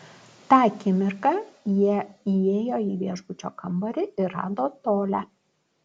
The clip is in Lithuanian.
tą akimirką jie įėjo į viešbučio kambarį ir rado tolią